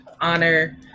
honor